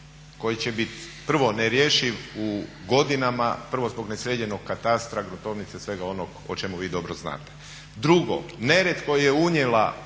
koji će bit prvo nerješiv u godinama, prvo zbog nesređenog katastra, gruntovnice, svega onog o čemu vi dobro znate. Drugo, nered koji je unijela